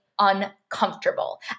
uncomfortable